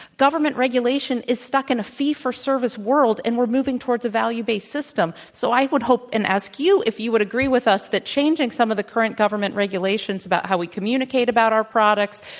government regulation is stuck in a fee-for-service world, and we're moving towards a value-based system. so, i would hope and ask you if you would agree with us that changing some of the current government regulations about how we communicate about our products,